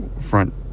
front